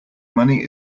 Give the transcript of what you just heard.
money